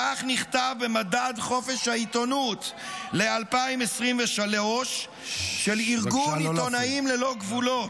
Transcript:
כך נכתב במדד חופש העיתונות ל-2023 של ארגון עיתונאים ללא גבולות,